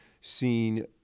seen